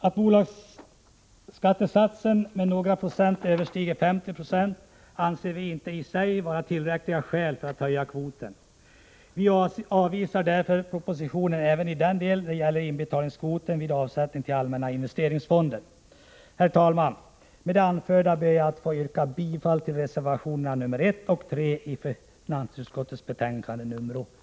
Att bolagsskattesatsen med några procent överstiger 50 70 anser vi inte i sig vara tillräckligt skäl för att höja kvoten. Vi avvisar därför propositionen även i den del som gäller inbetalningskvoten vid avsättning till allmänna investeringsfonder. Herr talman! Med det anförda ber jag att få yrka bifall till reservationerna nr 1 och 3 i finansutskottets betänkande nr 9.